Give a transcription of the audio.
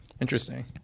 Interesting